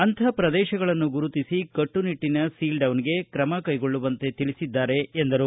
ಅಂಥ ಪ್ರದೇಶಗಳನ್ನು ಗುರುತಿಸಿ ಕಟ್ಟನಿಟ್ಟನ ಸೀಲ್ಡೌನ್ಗೆ ್ರಮ ಕೈಗೊಳ್ಳುವಂತೆ ತಿಳಿಸಿದ್ದಾರೆ ಎಂದರು